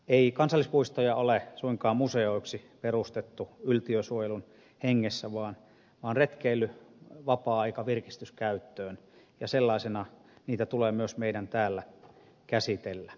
ei kansallispuistoja ole suinkaan museoiksi perustettu yltiösuojelun hengessä vaan retkeily vapaa aika ja virkistyskäyttöön ja sellaisina niitä tulee myös meidän täällä käsitellä